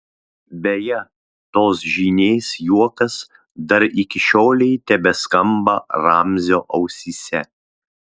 beje tos žynės juokas dar iki šiolei tebeskamba ramzio ausyse